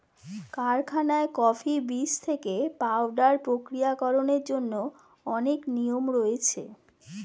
কারখানায় কফি বীজ থেকে পাউডার প্রক্রিয়াকরণের জন্য অনেক নিয়ম রয়েছে